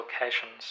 locations